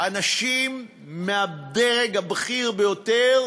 אנשים מהדרג הבכיר ביותר